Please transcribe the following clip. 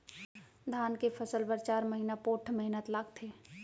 धान के फसल बर चार महिना पोट्ठ मेहनत लागथे